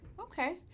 Okay